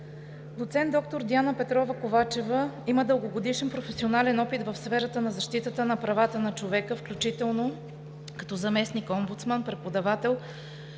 Доцент доктор Диана Петрова Ковачева има дългогодишен професионален опит в сферата на защитата на правата на човека, включително като заместник-омбудсман, преподавател